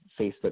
Facebook